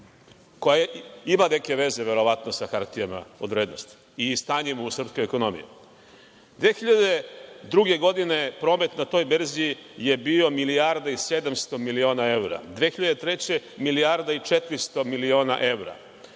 koja ima neke veze verovatno sa hartijama od vrednosti i stanjem u srpskoj ekonomiji. Godine 2002. promet na toj berzi je bio milijarda i 700 miliona evra, 2003. godine je milijarda i 400 miliona evra.